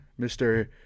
Mr